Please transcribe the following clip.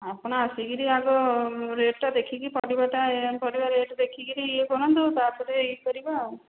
ଆପଣ ଆସିକରି ଆଗ ରେଟ୍ଟା ଦେଖିକି ପରିବାଟା ପରିବା ରେଟ୍ ଦେଖିକିରି ଇଏ କରନ୍ତୁ ତା' ପରେ ଇଏ କରିବା ଆଉ